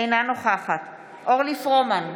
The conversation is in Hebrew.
אינה נוכחת אורלי פרומן,